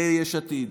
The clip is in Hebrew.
יהיה יש עתיד.